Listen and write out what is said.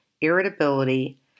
irritability